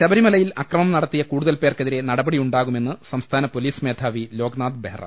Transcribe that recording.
ശബരിമലയിൽ അക്രമം നടത്തിയ കൂടുതൽപേർക്കെതിരെ നടപടിയുണ്ടാകു മെന്ന് സംസ്ഥാന പൊലീസ് മേധാവി ലോക്നാഥ് ബെഹ്റ